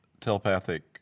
telepathic